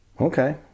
Okay